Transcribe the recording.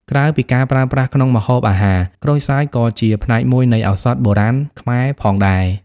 ក្រៅពីការប្រើប្រាស់ក្នុងម្ហូបអាហារ ក្រូចសើចក៏ជាផ្នែកមួយនៃ ឱសថបុរាណ ខ្មែរផងដែរ។